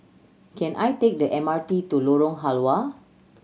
can I take the M R T to Lorong Halwa